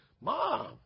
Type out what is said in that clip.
Mom